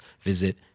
visit